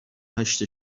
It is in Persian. هشت